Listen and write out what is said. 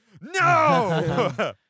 no